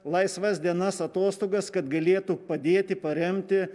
laisvas dienas atostogas kad galėtų padėti paremti